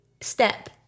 step